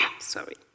Sorry